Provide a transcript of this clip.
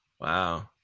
wow